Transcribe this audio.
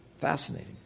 Fascinating